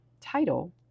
title